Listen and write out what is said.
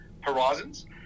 horizons